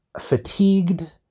fatigued